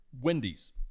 Wendy's